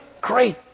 great